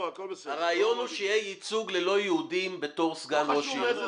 הרעיון הוא שיהיה ייצוג ללא יהודים בתור סגן ראש עיר,